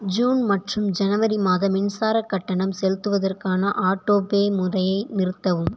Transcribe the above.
June மற்றும் ஜனவரி மாத மின்சாரக் கட்டணம் செலுத்துவதற்கான ஆட்டோபே முறையை நிறுத்தவும்